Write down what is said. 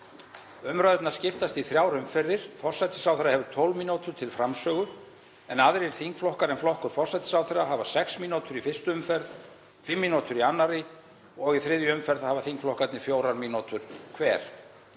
Umræðurnar skiptast í þrjár umferðir. Forsætisráðherra hefur 12 mínútur til framsögu en aðrir þingflokkar en flokkur forsætisráðherra hafa sex mínútur í fyrstu umferð, fimm mínútur í annarri og í þriðju umferð hafa þingflokkarnir fjórar mínútur hver.